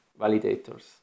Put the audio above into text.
validators